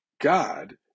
God